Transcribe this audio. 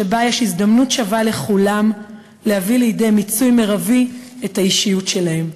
שבה יש הזדמנות שווה לכולם להביא לידי מיצוי מרבי את האישיות שלהם.